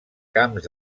camps